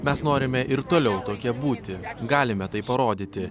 mes norime ir toliau tokie būti galime tai parodyti